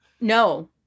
no